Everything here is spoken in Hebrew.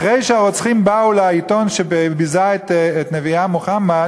אחרי שהרוצחים באו למערכת העיתון שביזה את נביאם מוחמד